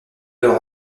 leur